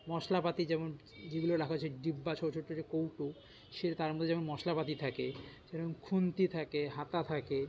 মশলাপাতি যেমন যেগুলো রাখা হয় সেই ডিব্বা ছোটো ছোটো যে কৌটো সে তার মধ্যে যেমন মশলাপাতি থাকে সেরকম খুন্তি থাকে হাতা থাকে